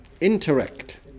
Interact